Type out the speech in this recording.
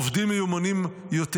עובדים מיומנים יותר.